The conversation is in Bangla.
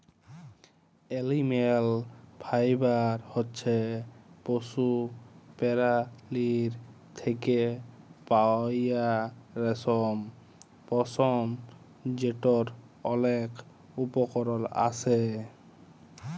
এলিম্যাল ফাইবার হছে পশু পেরালীর থ্যাকে পাউয়া রেশম, পশম যেটর অলেক উপকরল আসে